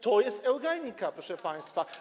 To jest eugenika, proszę państwa.